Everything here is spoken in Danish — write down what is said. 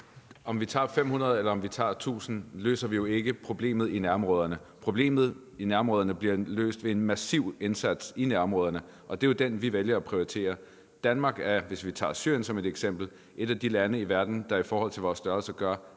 vi tager 500 eller tager 1.000, løser vi jo ikke problemet i nærområderne. Problemet i nærområderne bliver løst ved en massiv indsats i nærområderne. Det er den, vi vælger at prioritere. Danmark er, hvis vi tager Syrien som et eksempel, et af de lande i verden, der i forhold til vores størrelse gør